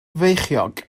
feichiog